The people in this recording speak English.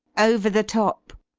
over the top!